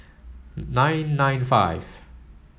nine nine five